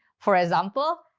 for example,